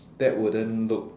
that wouldn't look